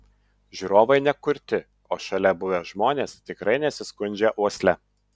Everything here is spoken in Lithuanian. žiūrovai ne kurti o šalia buvę žmonės tikrai nesiskundžia uosle